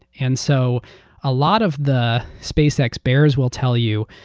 and so a lot of the spacex bears will tell you,